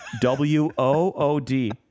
W-O-O-D